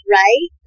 right